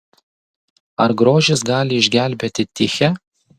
ar grožis gali išgelbėti tichę